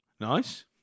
Nice